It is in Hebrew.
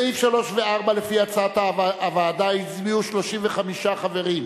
בעד סעיפים 3 ו-4 לפי הצעת הוועדה הצביעו 35 חברים,